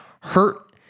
hurt